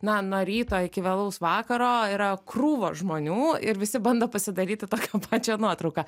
na nuo ryto iki vėlaus vakaro yra krūvos žmonių ir visi bando pasidaryti tokią pačią nuotrauką